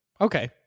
Okay